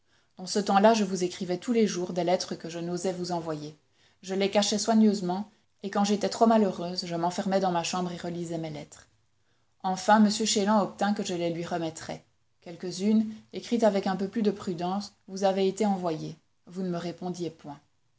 dans ce temps-là je vous écrivais tous les jours des lettres que je n'osais vous envoyer je les cachais soigneusement et quand j'étais trop malheureuse je m'enfermais dans ma chambre et relisais mes lettres enfin m chélan obtint que je les lui remettrais quelques-unes écrites avec un peu plus de prudence vous avaient été envoyées vous ne me répondiez point